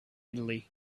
italy